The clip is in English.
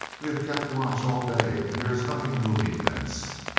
we have kept watch all day and there is nothing moving thence.